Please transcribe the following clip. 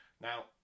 Now